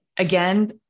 Again